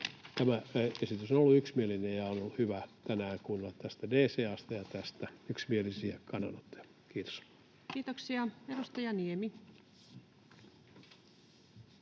Tämä esitys on ollut yksimielinen, ja on ollut hyvä tänään kuulla sekä DCA:sta että tästä yksimielisiä kannanottoja. — Kiitos. [Speech